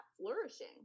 flourishing